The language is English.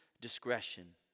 discretion